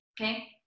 okay